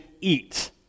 eat